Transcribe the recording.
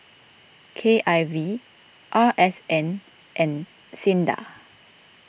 K I V R S N and Sinda